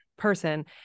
person